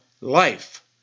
life